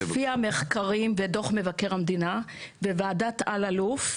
לפי המחקרים ודוח מבקר המדינה, בוועדת אללוף,